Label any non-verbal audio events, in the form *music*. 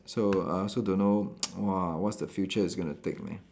so I also don't know *noise* !wah! what's the future is gonna take me